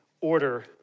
order